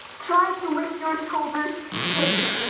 try to lift your shoulder tips